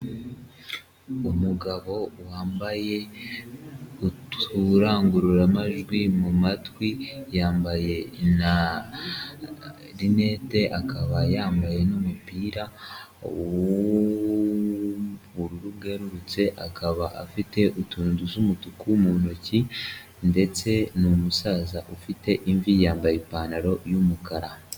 Umugabo wambaye uturangururamajwi mu matwi, yambaye na rinete akaba yambaye n'umupira w'ubururu bwerurutse, akaba afite utuntu dusa umutuku mu ntoki ndetse ni umusaza ufite imvi, yambaye ipantaro y'umukara.